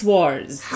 Wars